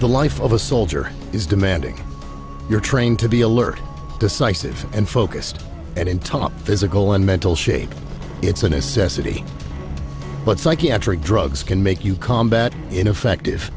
the life of a soldier is demanding you're trained to be alert decisive and focused and in top physical and mental shape it's a necessity but psychiatric drugs can make you combat ineffective